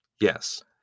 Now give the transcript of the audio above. yes